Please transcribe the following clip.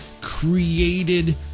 created